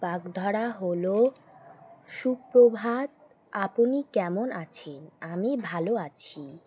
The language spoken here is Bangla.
বাগধারা হলো সুপ্রভাত আপনি কেমন আছেন আমি ভালো আছি